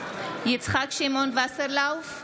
יצחק שמעון וסרלאוף,